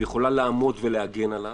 יכולה לעמוד ולהגן עליו,